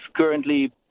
currently